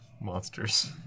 monsters